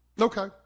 okay